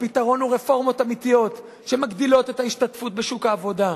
הפתרון הוא רפורמות אמיתיות שמגדילות את ההשתתפות בשוק העבודה,